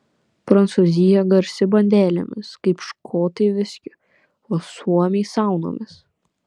prancūzija garsi bandelėmis kaip škotai viskiu o suomiai saunomis